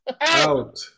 out